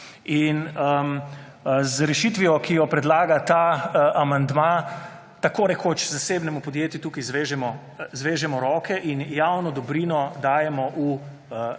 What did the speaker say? Z rešitvijo, ki jo predlaga ta amandma, tako rekoč zasebnemu podjetju tukaj zvežemo roke in javno dobrino dajemo v